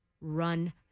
Run